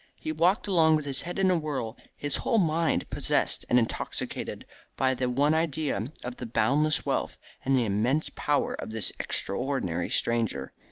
he walked along with his head in a whirl, his whole mind possessed and intoxicated by the one idea of the boundless wealth and the immense power of this extraordinary stranger.